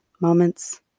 moments